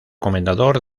comendador